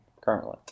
currently